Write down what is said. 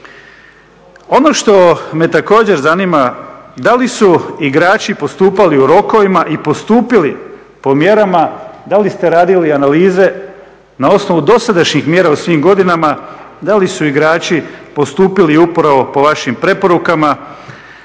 Ono što me također zanima da li su igrači postupali u rokovima i postupili po mjerama, da li ste radili analize na osnovu dosadašnjih mjera u svim godinama, da li su igrači postupili upravo po vašim preporukama?